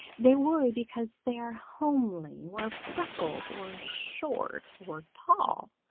they worry because they are homely or freckled, or short or tall,